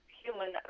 human